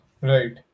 Right